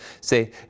say